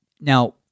Now